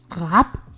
Rap